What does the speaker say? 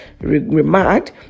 remarked